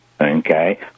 okay